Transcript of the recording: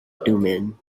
thummim